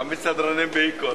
להעמיד סדרנים בהיכון.